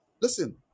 Listen